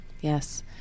yes